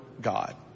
God